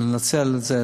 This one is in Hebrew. שננצל את זה.